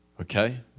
Okay